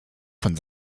von